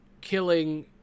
killing